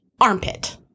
Armpit